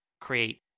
create